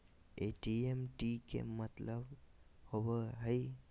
NEFT के का मतलव होव हई?